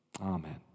Amen